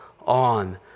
on